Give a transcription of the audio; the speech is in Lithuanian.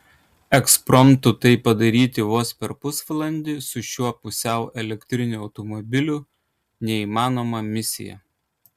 ekspromtu tai padaryti vos per pusvalandį su šiuo pusiau elektriniu automobiliu neįmanoma misija